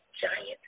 giant